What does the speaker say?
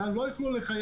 לאן לא ייתנו לחייג,